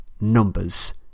numbers